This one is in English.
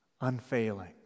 Unfailing